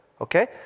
Okay